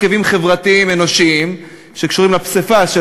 ממרכיבים חברתיים-אנושיים שקשורים לפסיפס של